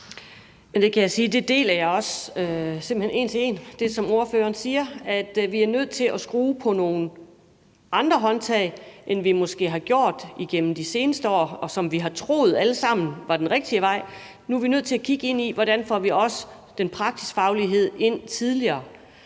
simpelt hen også en til en, altså at vi er nødt til at skrue på nogle andre håndtag, end vi måske har gjort igennem de seneste år, og som vi alle sammen har troet var den rigtige vej. Nu er vi nødt til at kigge ind i, hvordan vi også får den praktiske faglighed ind tidligere.